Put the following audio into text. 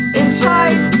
inside